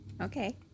Okay